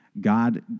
God